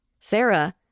Sarah